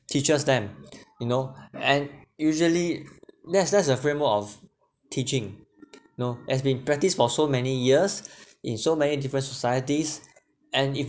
teaches them you know and usually that's that's the framework of teaching know as been practised for so many years in so many different societies and if